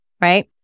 right